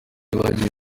bagiye